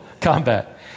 combat